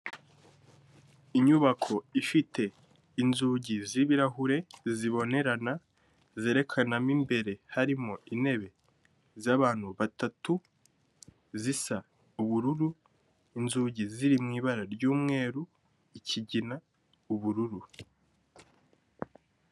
Inyubako ifite inzugi z'ibirahure zibonerana zerekana mo imbere harimo intebe z'abantu batatu zisa ubururu, inzugi ziri mu ibara ry'umweru, ikigina, ubururu.